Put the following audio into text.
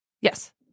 Yes